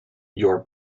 your